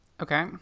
Okay